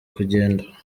kugenda